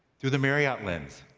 through the marriott lens.